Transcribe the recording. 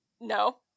no